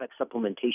supplementation